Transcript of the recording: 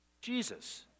Jesus